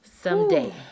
someday